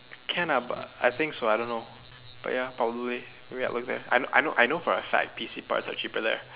can ah but I think so I don't know but ya probably I know I know I know for a fact P_C parts are cheaper there